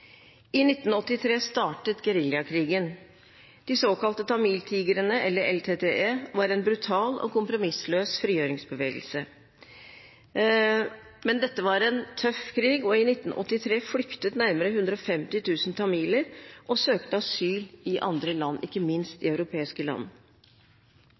I 1983 startet geriljakrigen. De såkalte tamiltigrene, eller LTTE, var en brutal og kompromissløs frigjøringsbevegelse, men dette var en tøff krig. I 1983 flyktet nærmere 150 000 tamiler og søkte asyl i andre land, ikke minst